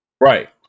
right